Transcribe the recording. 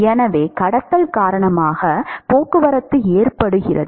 எனவே கடத்தல் காரணமாக போக்குவரத்து ஏற்படுகிறது